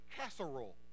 casserole